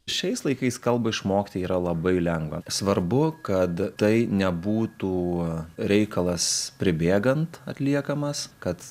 šiais laikais kalbą išmokti yra labai lengva svarbu kad tai nebūtų reikalas pribėgant atliekamas kad